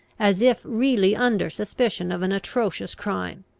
as if really under suspicion of an atrocious crime.